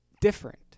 different